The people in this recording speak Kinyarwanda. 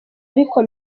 ariko